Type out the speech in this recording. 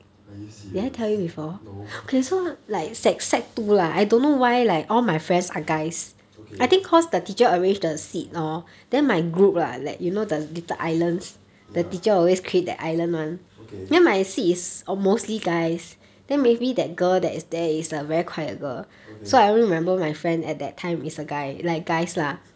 are you serious no okay ya okay okay